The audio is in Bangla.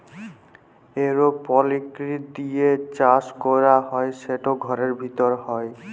এরওপলিক্স দিঁয়ে চাষ ক্যরা হ্যয় সেট ঘরের ভিতরে হ্যয়